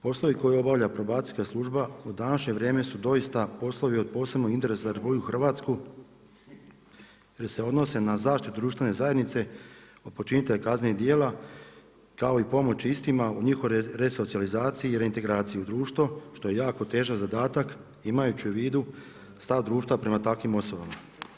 Poslovi koje obavlja probacijska služba u današnje vrijeme su doista poslovi od posebnog interesa za Republiku Hrvatsku, jer se odnose na zaštitu društvene zajednice od počinitelja kaznenih djela kao i pomoći istima u njihovoj resocijalizaciji i reintegraciji u društvo što je jako težak zadatak imajući u vidu stav društva prema takvim osobama.